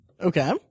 Okay